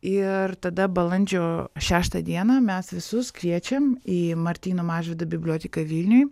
ir tada balandžio šeštą dieną mes visus kviečiam į martyno mažvydo biblioteką vilniuj